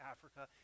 Africa